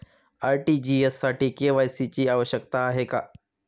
RTGS साठी KYC ची आवश्यकता आहे का?